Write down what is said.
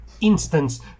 instance